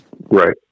Right